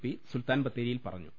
P സുൽത്താൻ ബത്തേരിയിൽ പറഞ്ഞു